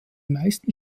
meisten